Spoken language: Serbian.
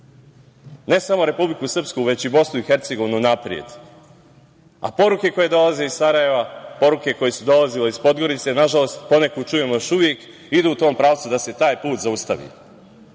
ne samo Republiku Srpsku, već i BiH napred, a poruke koje dolaze iz Sarajeva, poruke koje su dolazile iz Podgorice, nažalost, poneku čujemo još uvek, idu u tom pravcu da se taj put zaustavi. Nemojte